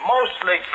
Mostly